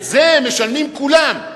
את זה משלמים כולם,